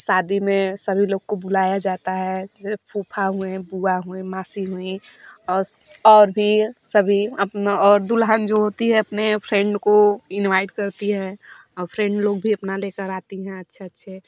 शादी में सभी लोग को बुलाया जाता है जो फूफा हुए बुआ हुईं मासी हुईं और भी सभी अपना और दुल्हन जो होती है अपने फ्रेंड को इनवाइट करती है और फ्रेंड लोग भी अपना लेकर आती हैं अच्छे अच्छे